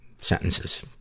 Sentences